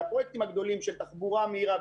תחבורה מהירה,